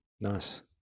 Nice